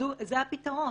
זה הפתרון.